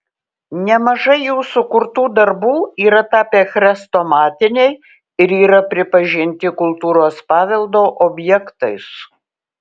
nemažai jų sukurtų darbų yra tapę chrestomatiniai ir yra pripažinti kultūros paveldo objektais